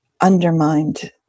undermined